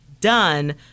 done